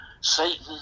Satan